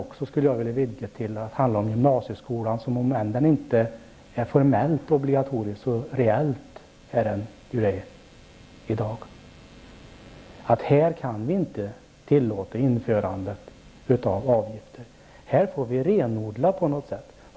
Och jag skulle vilja vidga detta till att gälla gymnasieskolan, som, även om den inte är det formellt så dock reellt, är obligatorisk. Här får vi renodla på något sätt.